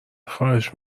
خواهش